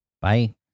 Bye